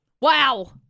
Wow